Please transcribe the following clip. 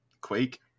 Quake